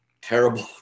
terrible